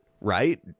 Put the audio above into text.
right